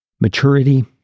maturity